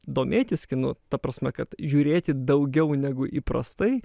domėtis kinu ta prasme kad žiūrėti daugiau negu įprastai